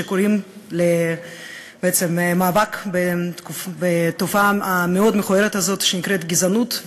שקוראים בעצם למאבק בתופעה המאוד-מכוערת הזאת שנקראת גזענות,